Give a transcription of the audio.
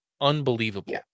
unbelievable